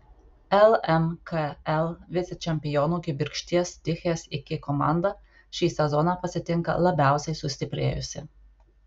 lmkl vicečempionių kibirkšties tichės iki komanda šį sezoną pasitinka labiausiai sustiprėjusi